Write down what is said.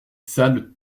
sales